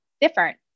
different